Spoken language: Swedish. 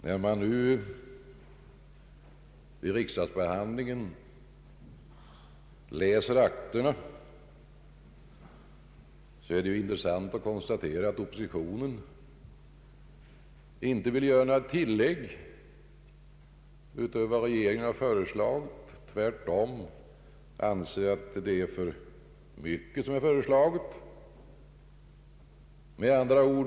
När man nu vid riksdagsbehandlingen läser akterna är det intressant att konstatera att oppositionen inte vill göra några tillägg utöver vad regeringen har föreslagit. Tvärtom anser man att regeringen har föreslagit för mycket.